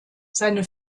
seine